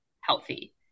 healthy